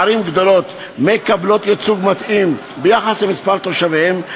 ערים גדולות מקבלות ייצוג מתאים ביחס למספר תושביהן,